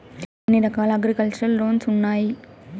ఎన్ని రకాల agriculture loans ఉండాయి